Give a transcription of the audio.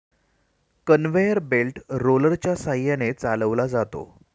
conveyor belt रोलरच्या सहाय्याने चालवला जातो